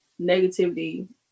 negativity